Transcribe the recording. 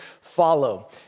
follow